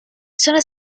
sono